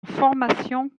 formation